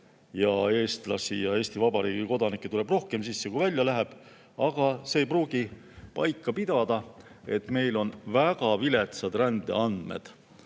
eestlasi ja Eesti Vabariigi kodanikke tuleb rohkem sisse, kui välja läheb. Aga see ei pruugi paika pidada, sest meil on väga viletsad rändeandmed.